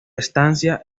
estancia